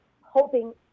hoping